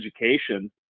education